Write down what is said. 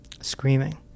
screaming